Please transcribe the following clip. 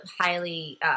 highly